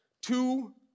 two